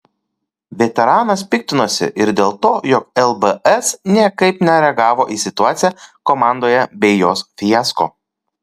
veteranas piktinosi ir dėl to jog lbs niekaip nereagavo į situaciją komandoje bei jos fiasko